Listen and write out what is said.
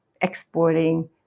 exporting